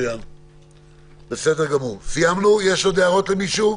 יש עוד הערות למישהו?